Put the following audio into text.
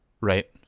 Right